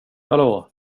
hallå